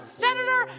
senator